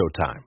Showtime